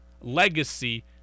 legacy